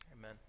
amen